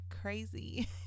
crazy